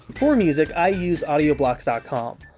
for music, i use audioblocks ah com.